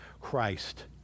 Christ